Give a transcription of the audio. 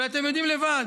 ואתם יודעים לבד